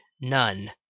none